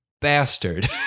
bastard